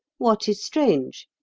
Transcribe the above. what is strange?